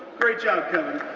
great job, kevin.